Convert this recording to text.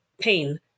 pain